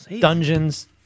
dungeons